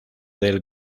del